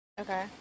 Okay